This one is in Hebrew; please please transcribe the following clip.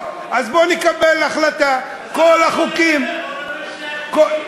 יש פה עוד חוקים לקריאה שנייה ושלישית.